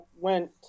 went